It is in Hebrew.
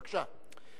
בבקשה.